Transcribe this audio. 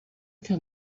can